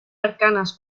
arcanas